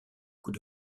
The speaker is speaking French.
coup